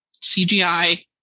CGI